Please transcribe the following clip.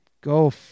Go